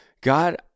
God